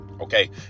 Okay